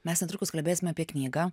mes netrukus kalbėsime apie knygą